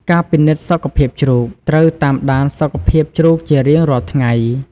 ការពិនិត្យសុខភាពជ្រូក ត្រូវតាមដានសុខភាពជ្រូកជារៀងរាល់ថ្ងៃ។